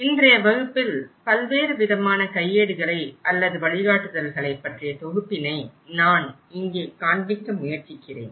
இன்றைய வகுப்பில் பல்வேறு விதமான கையேடுகளை அல்லது வழிகாட்டுதல்களை பற்றிய தொகுப்பினை நான் இங்கே காண்பிக்க முயற்சிக்கிறேன்